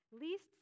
Least